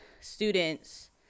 students